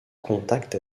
contacts